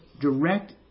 direct